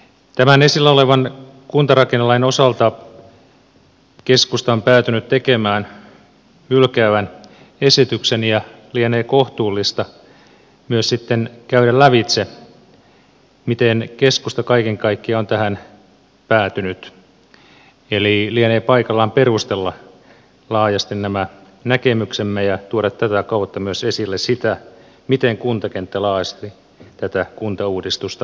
tämän esillä olevan kuntarakennelain osalta keskusta on päätynyt tekemään hylkäävän esityksen ja lienee kohtuullista myös sitten käydä lävitse miten keskusta kaiken kaikkiaan on tähän päätynyt eli lienee paikallaan perustella laajasti nämä näkemyksemme ja tuoda tätä kautta myös esille sitä miten kuntakenttä laajasti tätä kuntauudistusta arvioi